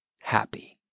happy